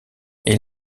est